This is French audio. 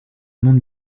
monte